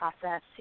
process